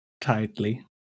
tightly